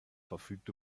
verfügt